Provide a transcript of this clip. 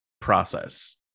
process